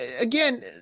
again